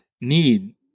need